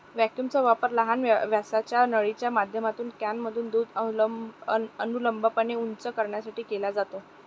व्हॅक्यूमचा वापर लहान व्यासाच्या नळीच्या माध्यमातून कॅनमध्ये दूध अनुलंबपणे उंच करण्यासाठी केला जातो